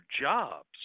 jobs